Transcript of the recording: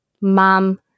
Mom